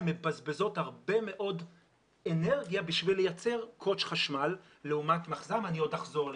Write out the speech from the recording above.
הן מבזבזות הרבה מאוד אנרגיה בשביל לייצר קוטש חשמל ואני עוד אחזור לזה.